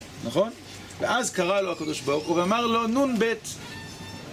נכון? ואז קרא לו הקדוש ברוך הוא ואמר לו נ״ב